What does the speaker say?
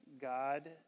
God